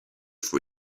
for